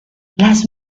las